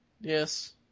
yes